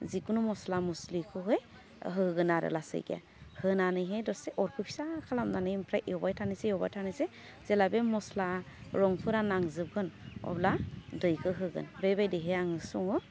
जिखुनु मस्ला मस्लिखौहै होगोन आरो लासैखिया होनानैहे दसे अरखौ फिसा खालामनानै ओमफ्राय एवबाय थानोसै एवबाय थानोसै जेला बे मस्ला रंफोरा नांजोबगोन अब्ला दैखौ होगोन बेबायदिहै आं सङो